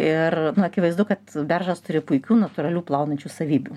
ir akivaizdu kad beržas turi puikių natūralių plaunančių savybių